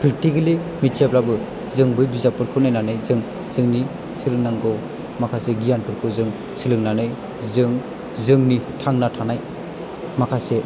practically मिथियाब्लाबो जों बै बिजाबफोरखौ नायनानै जों जोंनि सोलोंनांगौ माखासे गियानफोरखौ जों सोलोंनानै जों जोंनि थांना थानाय माखासे